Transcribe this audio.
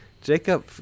Jacob